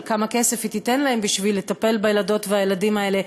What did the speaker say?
כמה כסף היא תיתן להם בשביל לטפל בילדות והילדים האלה,